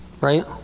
Right